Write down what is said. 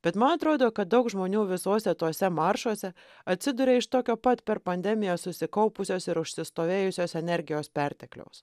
bet man atrodo kad daug žmonių visuose tuose maršuose atsiduria iš tokio pat per pandemiją susikaupusios ir užsistovėjusios energijos pertekliaus